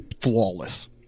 flawless